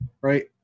right